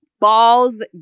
balls